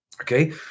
Okay